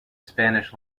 spanish